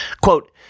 Quote